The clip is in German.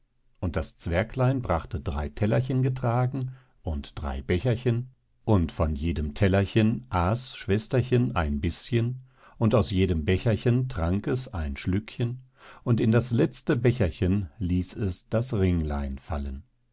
und das zwerglein brachte drei tellerchen getragen und drei becherchen und von jedem tellerchen aß schwesterchen ein bischen und aus jedem becherchen trank es ein schlückchen und in das letzte becherchen ließ es das ringlein fallen